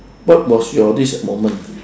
what was your this moment